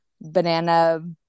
banana